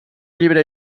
llibre